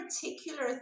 particular